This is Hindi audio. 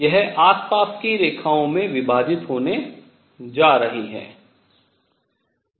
यह आस पास की रेखाओं में विभाजित होने जा रही है